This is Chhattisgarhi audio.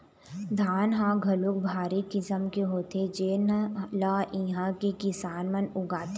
धान ह घलोक भारी किसम के होथे जेन ल इहां के किसान मन उगाथे